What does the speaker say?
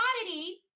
commodity